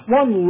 one